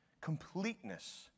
Completeness